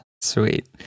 Sweet